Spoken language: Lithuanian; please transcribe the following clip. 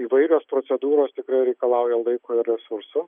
įvairios procedūros reikalauja laiko ir resursų